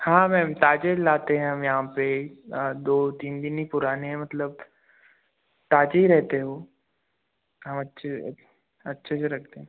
हाँ मैम ताज़े लाते हैं हम यहाँ पर दो तीन दिन ही पुराने हैं मतलब ताज़े ही रहते हैं वह हम अच्छे अच्छे से रखते हैं